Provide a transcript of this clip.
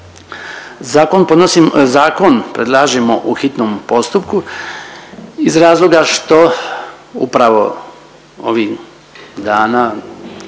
zakon predlažemo u hitnom postupu iz razloga što upravo ovih dana